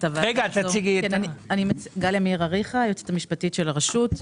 אני היועצת המשפטית של הרשות.